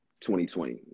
2020